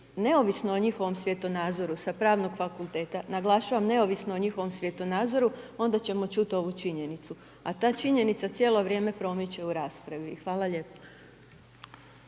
neovisno o njihovom svjetonazoru sa Pravnog fakulteta, naglašavam neovisno o njihovom svjetonazoru, onda ćemo čuti ovu činjenicu, a ta činjenica cijelo vrijeme promiče u raspravi. Hvala lijepo.